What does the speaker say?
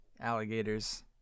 Alligators